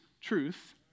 truth